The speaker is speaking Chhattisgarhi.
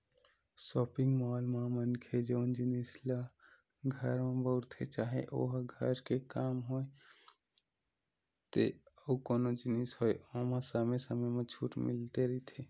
सॉपिंग मॉल म मनखे जउन जिनिस ल घर म बउरथे चाहे ओहा घर के काम होय ते अउ कोनो जिनिस होय ओमा समे समे म छूट मिलते रहिथे